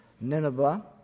Nineveh